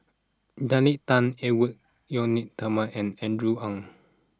Nalla Tan Edwy Lyonet Talma and Andrew Ang